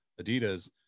Adidas